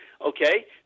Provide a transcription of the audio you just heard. okay